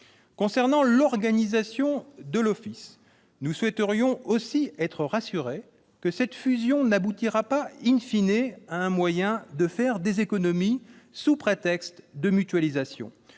Concernant l'organisation de l'office, nous souhaiterions aussi être assurés que cette fusion ne se résumera pas à un moyen de faire des économies sous prétexte de mutualisation.